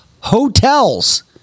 Hotels